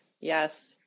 Yes